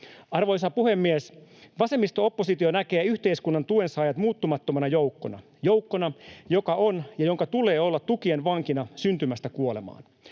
Arvoisa puhemies! Vasemmisto-oppositio näkee yhteiskunnan tuensaajat muuttumattomana joukkona, joka on ja jonka tulee olla tukien vankina syntymästä kuolemaan.